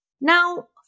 Now